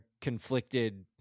conflicted